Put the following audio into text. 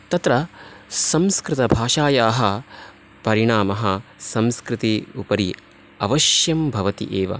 तत्र संस्कृतभाषायाः परिणमः संस्कृति उपरि अवश्यम् भवति एव